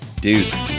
Deuce